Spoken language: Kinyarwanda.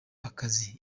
akazi